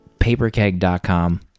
paperkeg.com